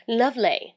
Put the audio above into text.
lovely，